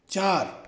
चार